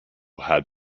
had